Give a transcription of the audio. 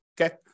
okay